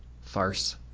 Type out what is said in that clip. farce